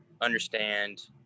understand